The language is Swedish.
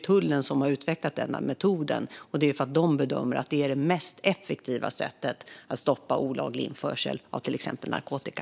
Tullen har utvecklat denna metod och bedömer att det är det mest effektiva sättet att stoppa olaglig införsel av exempelvis narkotika.